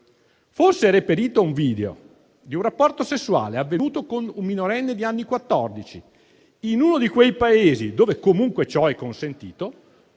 fosse reperito un video di un rapporto sessuale avvenuto con un minorenne di anni quattordici in uno di quei Paesi dove comunque ciò è consentito,